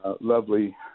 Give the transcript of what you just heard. lovely